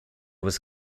was